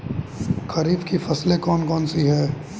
खरीफ की फसलें कौन कौन सी हैं?